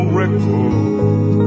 record